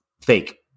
fake